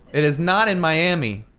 it is not in miami.